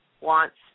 wants